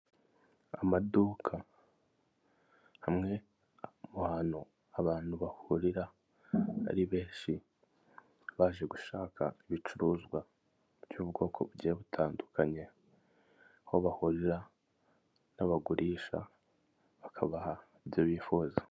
Amaduka hamwe mu hantu abantu bahurira ari benshi baje gushaka ibicuruzwa by'ubwoko bugiye butandukanye, aho bahurira n'abagurisha bakabaha ibyo bifuza.